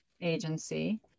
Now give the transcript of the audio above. agency